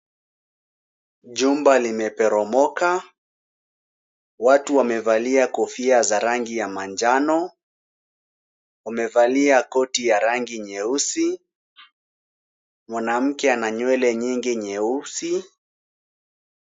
Jumba limeporomoka. Watu wamevalia kofia za rangi ya manjano. Wamevalia koti ya rangi nyeusi. Mwanamke ana nywele nyingi nyeusi.